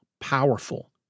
powerful